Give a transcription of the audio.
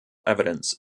evidence